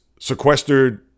Sequestered